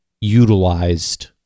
utilized